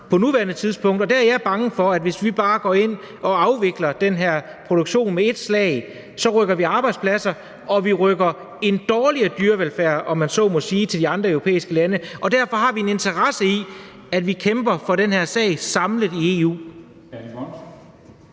på nuværende tidspunkt. Og der er jeg bange for, at hvis vi bare går ind og afvikler den her produktion med et slag, så rykker vi arbejdspladser og, om man så må sige, en dårligere dyrevelfærd til de andre europæiske lande. Derfor har vi en interesse i, at vi kæmper for den her sag samlet i EU.